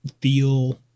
feel